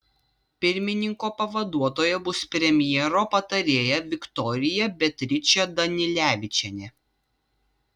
pirmininko pavaduotoja bus premjero patarėja viktorija beatričė danilevičienė